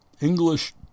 English